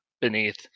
beneath